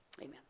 Amen